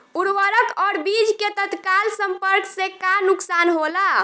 उर्वरक और बीज के तत्काल संपर्क से का नुकसान होला?